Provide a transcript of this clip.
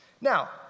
Now